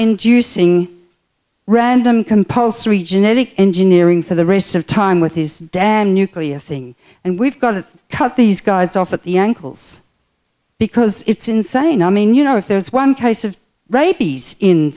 inducing random compulsory genetic engineering for the rest of time with this damn nuclear thing and we've got to cut these guys off at the ankles because it's insane i mean you know if there's one case of rabies in